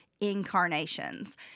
incarnations